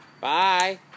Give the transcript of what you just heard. Bye